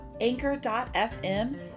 anchor.fm